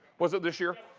was it this year?